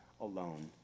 alone